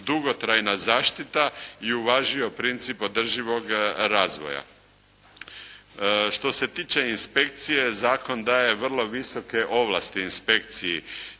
dugotrajna zaštita i uvažio princip održivog razvoja. Što se tiče inspekcije, zakon daje vrlo visoke ovlasti inspekciji